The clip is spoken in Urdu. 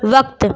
وقت